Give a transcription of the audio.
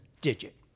digit